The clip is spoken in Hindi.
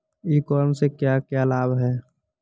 ई कॉमर्स से क्या क्या लाभ हैं?